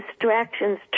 distractions